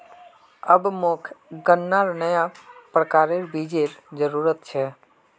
अब मोक गन्नार नया प्रकारेर बीजेर जरूरत छ